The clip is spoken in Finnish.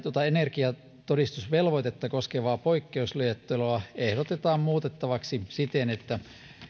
tuota energiatodistusvelvoitetta koskevaa poikkeusluetteloa ehdotetaan muutettavaksi siten että